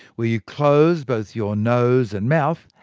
where you close both your nose and mouth,